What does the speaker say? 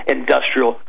industrial